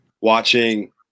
Watching